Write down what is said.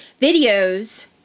videos